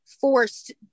forced